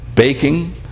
baking